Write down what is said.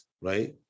right